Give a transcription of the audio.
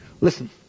Listen